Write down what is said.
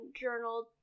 journal